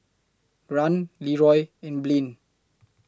Rahn Leroy and Blaine